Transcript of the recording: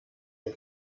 den